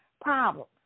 problems